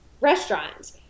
restaurant